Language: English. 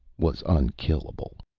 was unkillable.